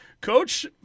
Coach